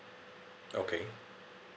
okay